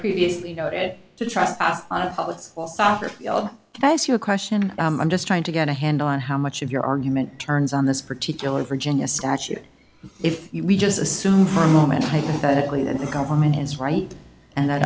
previously noted to trust software that's your question i'm just trying to get a handle on how much of your argument turns on this particular virginia statute if we just assume for a moment hypothetically that the government is right and th